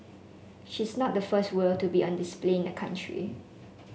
she is not the first whale to be on display in the country